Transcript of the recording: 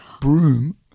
broom